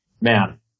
man